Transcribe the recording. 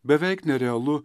beveik nerealu